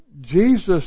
Jesus